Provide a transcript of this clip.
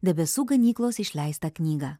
debesų ganyklos išleistą knygą